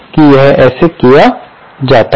तो यह है कि यह ऐसे किया जाता है